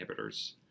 inhibitors